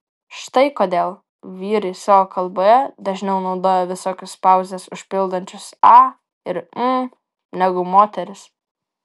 štai kodėl vyrai savo kalboje dažniau naudoja visokius pauzes užpildančius a ir hm negu moterys